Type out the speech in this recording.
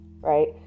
right